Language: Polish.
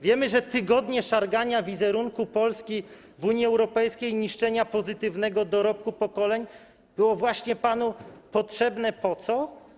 Wiemy, że tygodnie szargania wizerunku Polski w Unii Europejskiej, niszczenia pozytywnego dorobku pokoleń było panu potrzebne po co?